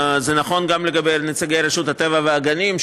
זה נכון גם לגבי נציגי רשות הטבע והגנים,